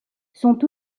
sont